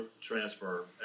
transfer